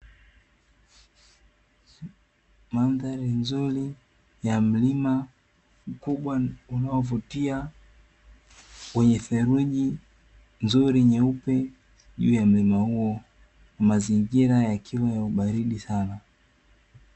Mandhari nzuri ya mlima mkubwa unaovutia, wenye theluji nzuri nyeupe juu ya mlima huo, mazingira yakiwa ni ya ubaridi sana.